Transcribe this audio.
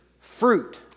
fruit